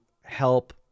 help